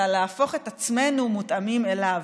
אלא להפוך את עצמנו מותאמים אליו,